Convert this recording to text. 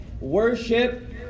Worship